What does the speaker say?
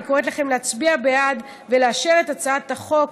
אני קוראת לכם להצביע בעד ולאשר את הצעת החוק